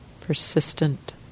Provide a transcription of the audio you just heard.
persistent